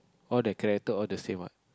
all the character all the same what